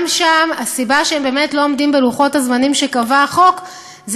גם שם הסיבה שהם באמת לא עומדים בלוחות-הזמנים שקבע החוק,